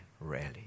rarely